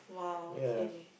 !wow! okay